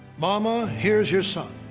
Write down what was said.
mama, here's your son.